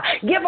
Give